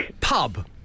Pub